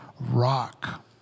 rock